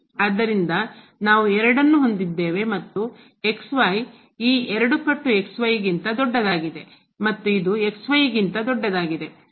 ಆದ್ದರಿಂದ ನಾವು 2 ಅನ್ನು ಹೊಂದಿದ್ದೇವೆ ಮತ್ತು ಈ 2 ಪಟ್ಟು ಗಿಂತ ದೊಡ್ಡದಾಗಿದೆ ಮತ್ತು ಇದು ಗಿಂತ ದೊಡ್ಡದಾಗಿದೆ